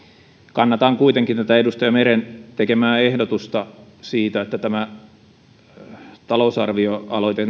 kannatan kuitenkin edustaja meren tekemää ehdotusta siitä että talousarvioaloite